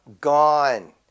gone